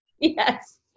yes